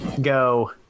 go